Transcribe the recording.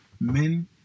Men